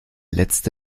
letzte